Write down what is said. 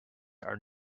are